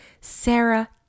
Sarah